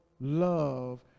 Love